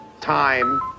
time